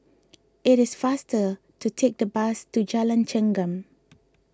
it is faster to take the bus to Jalan Chengam